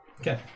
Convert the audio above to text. Okay